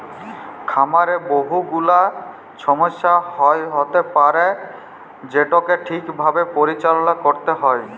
খামারে বহু গুলা ছমস্যা হ্য়য়তে পারে যেটাকে ঠিক ভাবে পরিচাললা ক্যরতে হ্যয়